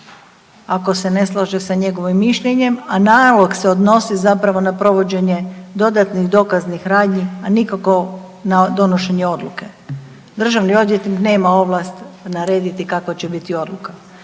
ako se ne slaže sa njegovim mišljenjem, a nalog se odnosi zapravo na provođenje dodatnih dokaznih radnji a nikako na donošenje odluke. Državni odvjetnik nema ovlast narediti kakva će biti odluka.